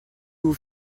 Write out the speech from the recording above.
vous